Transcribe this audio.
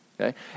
Okay